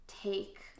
take